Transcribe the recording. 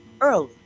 early